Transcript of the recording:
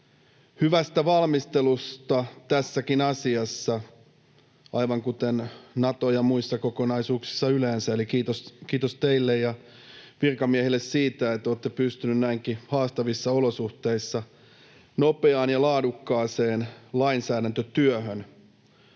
hyvästä valmistelusta tässäkin asiassa, aivan kuten Nato- ja muissa kokonaisuuksissa yleensä. Eli kiitos teille ja virkamiehille siitä, että olette pystyneet näinkin haastavissa olosuhteissa nopeaan ja laadukkaaseen lainsäädäntötyöhön.